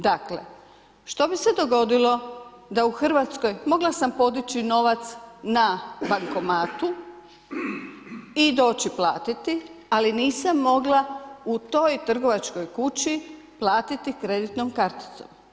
Dakle, što bi se dogodilo da u Hrvatskoj mogla sam podići novac na bankomatu i doći platiti, ali nisam mogla u toj trgovačkoj kući platiti kreditnom karticom.